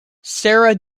sarah